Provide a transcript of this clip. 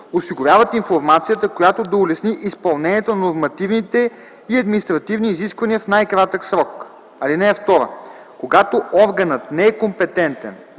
осигуряват информацията, която да улесни изпълнението на нормативните и административни изисквания в най-кратък срок. (2) Когато органът не е компетентен